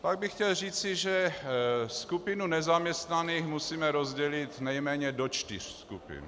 Pak bych chtěl říci, že skupinu nezaměstnaných musíme rozdělit nejméně do čtyř skupin.